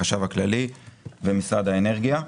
החשב הכללי ומשרד האנרגיה.